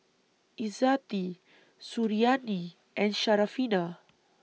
Izzati Suriani and Syarafina